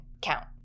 count